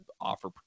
offer